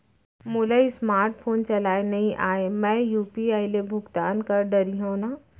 मोला smart phone चलाए नई आए मैं यू.पी.आई ले भुगतान कर डरिहंव न?